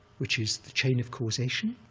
which is the chain of causation,